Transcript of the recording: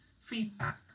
feedback